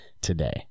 today